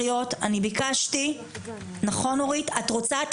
מיכל שיר סגמן (יו”ר הוועדה המיוחדת לזכויות הילד): את רוצה לצעוק,